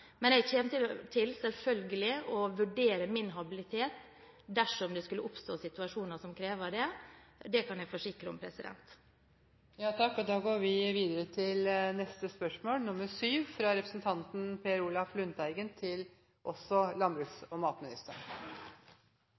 jeg har hatt som kunder, men jeg kommer selvfølgelig til å vurdere min habilitet dersom det skulle oppstå situasjoner som krever det. Det kan jeg forsikre om. Jeg vil også ønske statsråden velkommen til